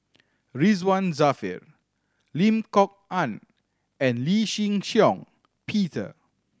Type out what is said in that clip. Ridzwan Dzafir Lim Kok Ann and Lee Shih Shiong Peter